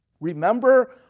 Remember